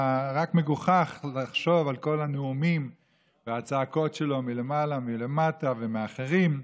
רק מגוחך לחשוב על כל הנאומים והצעקות שלו מלמעלה ולמטה ומאחרים,